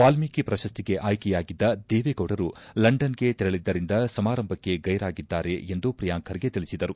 ವಾಲ್ಷೀಕಿ ಪ್ರಶಸ್ತಿಗೆ ಆಯ್ಕೆಯಾಗಿದ್ದ ದೇವೇಗೌಡರು ಲಂಡನ್ಗೆ ತೆರಳಿದ್ದರಿಂದ ಸಮಾರಂಭಕ್ಕೆ ಗೈರಾಗಿದ್ದಾರೆ ಎಂದು ಪ್ರಿಯಾಂಕ್ ಖರ್ಗೆ ತಿಳಿಸಿದರು